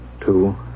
Two